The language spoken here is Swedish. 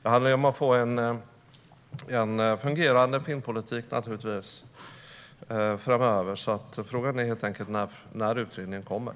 Det handlar om att få en fungerande filmpolitik framöver. Frågan är helt enkelt när utredningen kommer.